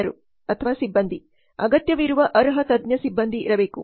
ಜನರುಸಿಬ್ಬಂದಿ ಅಗತ್ಯವಿರುವ ಅರ್ಹ ತಜ್ಞ ಸಿಬ್ಬಂದಿ ಇರಬೇಕು